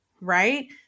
right